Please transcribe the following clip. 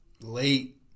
late